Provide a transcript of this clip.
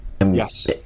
Yes